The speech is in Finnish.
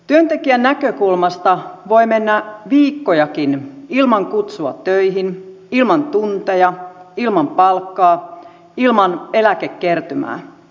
työntekijän näkökulmasta voi mennä viikkojakin ilman kutsua töihin ilman tunteja ilman palkkaa ilman eläkekertymää